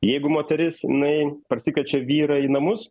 jeigu moteris jinai pasikviečia vyrą į namus